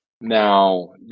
Now